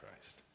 Christ